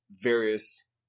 various